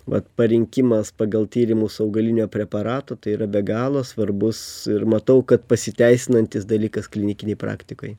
vat parinkimas pagal tyrimus augalinio preparato tai yra be galo svarbus ir matau kad pasiteisinantis dalykas klinikinėj praktikoj